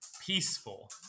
peaceful